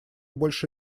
больше